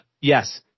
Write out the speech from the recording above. Yes